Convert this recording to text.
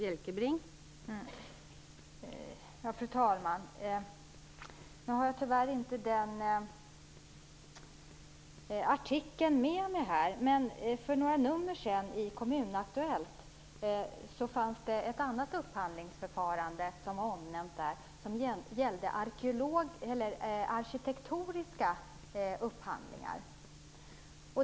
Fru talman! Jag har tyvärr inte med mig artikeln, men i Kommunaktuellt omnämndes för några nummer sedan ett annat upphandlingsförfarande. Det gällde arkitektoriska upphandlingar.